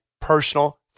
personal